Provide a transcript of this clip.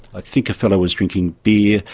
i think a fellow was drinking beer,